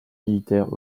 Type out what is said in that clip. militaires